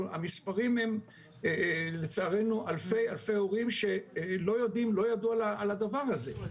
המספרים הם לצערנו אלפי הורים שלא יודעים ואל ידעו על הדבר הזה.